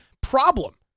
problem